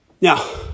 Now